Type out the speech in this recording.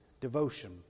devotion